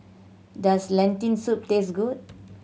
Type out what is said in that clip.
does Lentil Soup taste good